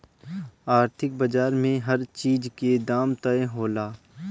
आर्थिक बाजार में हर चीज के दाम तय होला